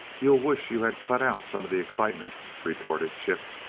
you'll wish you had cut out some of the excitement, retorted chip.